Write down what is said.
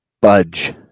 Budge